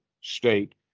state